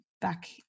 back